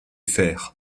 fer